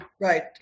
Right